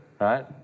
Right